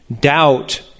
doubt